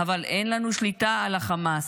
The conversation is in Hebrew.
'אבל אין לנו שליטה על החמאס.